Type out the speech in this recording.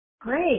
Great